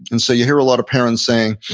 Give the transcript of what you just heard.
and so you hear a lot of parents saying,